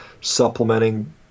supplementing